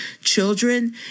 children